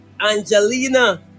Angelina